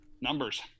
Numbers